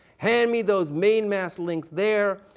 hand me those main mast links there.